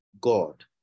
God